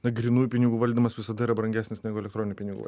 na grynųjų pinigų valdymas visada yra brangesnis negu elektroninių pinigų